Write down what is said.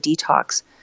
detox